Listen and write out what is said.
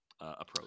approach